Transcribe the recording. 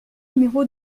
numéro